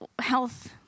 health